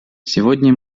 сегодня